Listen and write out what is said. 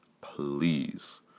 please